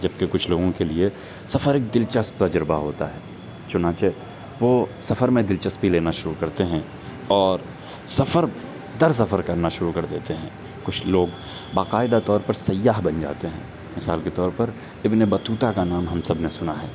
جبکہ کچھ لوگوں کے لیے سفر ایک دلچسپ تجربہ ہوتا ہے چنانچہ وہ سفر میں دلچسپی لینا شروع کرتے ہیں اور سفر در سفر کرنا شروع کر دیتے ہیں کچھ لوگ باقاعدہ طور پر سیاح بن جاتے ہیں مثال کے طور پر ابن بطوطہ کا نام ہم سب نے سنا ہے